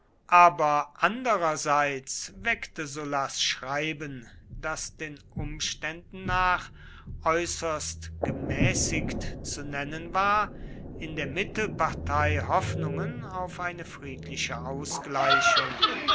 aber andererseits weckte sullas schreiben das den umständen nach äußerst gemäßigt zu nennen war in der mittelpartei hoffnungen auf eine friedliche ausgleichung